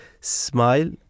smile